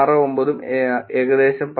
69 ഉം ഏകദേശം 13